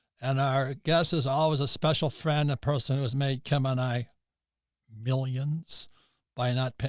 and our guests is always a special friend, a person who has made come on, i millions by not pa,